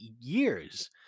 years